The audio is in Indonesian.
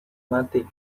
mati